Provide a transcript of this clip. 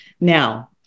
now